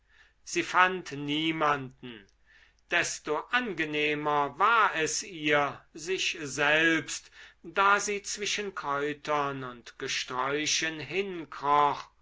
sie fand niemanden desto angenehmer war es ihr sich selbst da sie zwischen kräutern und